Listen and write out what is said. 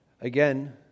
Again